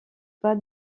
pas